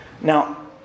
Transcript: Now